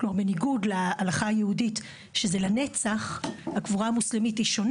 אני לא מתחבא מאחורי שום דבר,